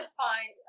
find